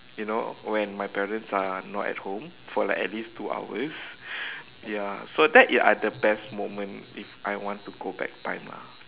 you know when my parents are not at home for like at least two hours ya so that are the best moment if I want to go back time lah